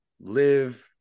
live